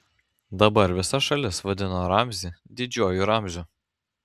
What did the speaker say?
dabar visa šalis vadino ramzį didžiuoju ramziu